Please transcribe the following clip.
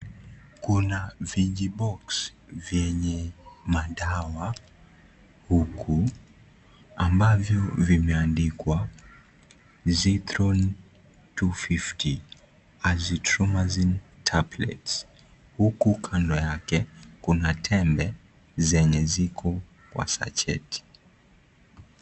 Kuna vijiboksi vyenye madawa huku ambavyo vimeandikwa Zynthron 250 Acythromycin Tablets huku kando yake kuna tembe zenye ziko kwa satchet .